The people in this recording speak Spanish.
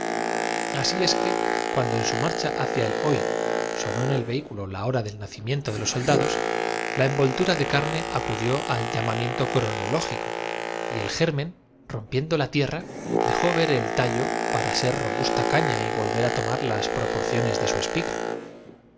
así es que cuando en su marcha hacia el hoy sonó en el vehículo la hora del nacimiento de las siete horas que habían de tardar en recorrer los los soldados la envoltura de carne acudió al llama ciento cuarenta y un años que separaban á los anacromiento cronológico y el germen rompiendo la tierra nóbatas del principio del tercer siglo al último tercio del dejó ver el tallo para ser robusta caña y volver á tomar primero no eran intervalo para que se aburriesen las proporciones de su espiga